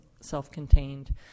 self-contained